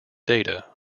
data